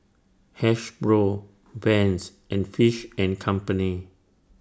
Hasbro Vans and Fish and Company